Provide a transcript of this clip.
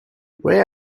where